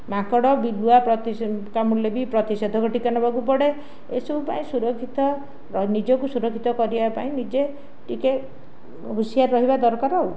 ମାଙ୍କଡ଼ ବିଲୁଆ ପ୍ରତିଷେ କାମୁଡ଼ିଲେ ବି ପ୍ରତିଷେଧକ ଟୀକା ନେବାକୁ ପଡ଼େ ଏସବୁ ପାଇଁ ସୁରକ୍ଷିତ ନିଜକୁ ସୁରକ୍ଷିତ କରିବା ପାଇଁ ନିଜେ ଟିକେ ହୁସିଆର ରହିବା ଦରକାର ଆଉ